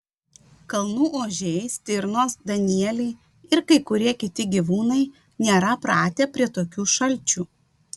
kalnų ožiai stirnos danieliai ir kai kurie kiti gyvūnai nėra pratę prie tokių šalčių